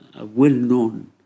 well-known